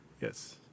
Yes